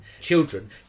children